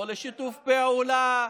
לא לשיתוף פעולה,